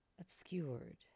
obscured